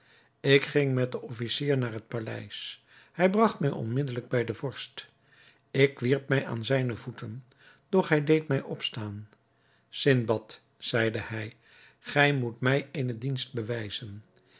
ik ging met den officier naar het paleis hij bragt mij onmiddelijk bij den vorst ik wierp mij aan zijne voeten doch hij deed mij opstaan sindbad zeide hij gij moet mij eene dienst bewijzen